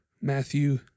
Matthew